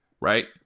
right